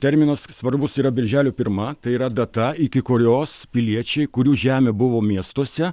terminas svarbus yra birželio pirma tai yra data iki kurios piliečiai kurių žemė buvo miestuose